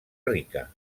rica